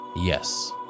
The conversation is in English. Yes